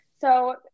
So-